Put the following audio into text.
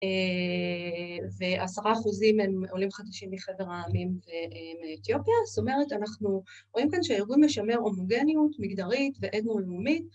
‫ועשרה אחוזים הם עולים חדשים ‫מחבר העמים ומאתיופיה. ‫זאת אומרת, אנחנו רואים כאן ‫שהארגון משמר הומוגניות, ‫מגדרית ואיגרו-לאומית,